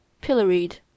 pilloried